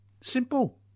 Simple